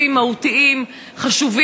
השר אלקין.